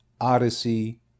Odyssey